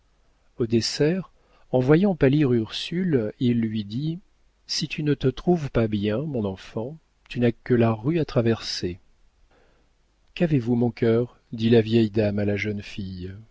au dessert en voyant pâlir ursule il lui dit si tu ne te trouves pas bien mon enfant tu n'as que la rue à traverser qu'avez vous mon cœur dit la vieille dame à la jeune fille